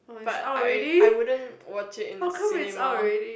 but I I wouldn't watch in the cinema